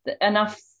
enough